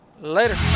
later